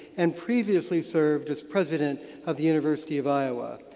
and previously served as president of the university of iowa.